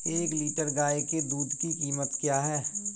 एक लीटर गाय के दूध की कीमत क्या है?